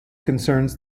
concerns